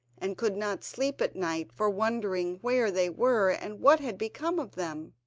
and could not sleep at night for wondering where they were and what had become of them.